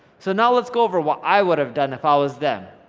so now let's go over what i would have done if i was them.